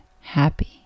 happy